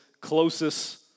closest